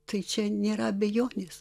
tai čia nėra abejonės